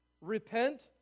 repent